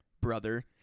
brother